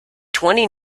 twenty